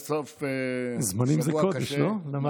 זמנים זה קודש, לא?